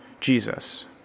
Jesus